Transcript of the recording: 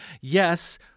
yes